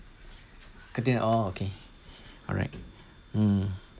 oh okay alright mm